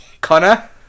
Connor